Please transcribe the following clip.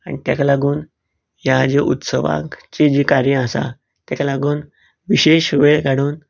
आनी तेका लागून ह्या जे उत्सवाक जी कार्यां आसा तेका लागोन विशेश वेळ काडून